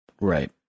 Right